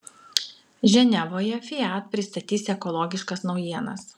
ženevoje fiat pristatys ekologiškas naujienas